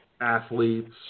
athletes